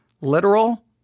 literal